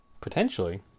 potentially